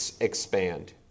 expand